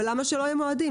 למה שלא יהיו מועדים?